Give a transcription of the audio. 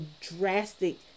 drastic